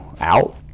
out